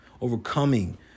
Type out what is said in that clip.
overcoming